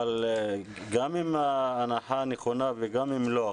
אבל גם אם ההנחה נכונה וגם אם לא,